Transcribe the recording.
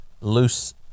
loose